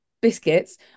biscuits